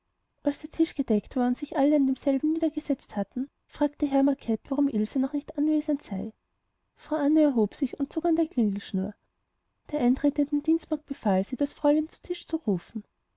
als der tisch gedeckt war und alle sich an demselben niedergesetzt hatten fragte herr macket warum ilse noch nicht anwesend sei frau anne erhob sich und zog an der klingelschnur der eintretenden dienstmagd befahl sie das fräulein zu tisch zu rufen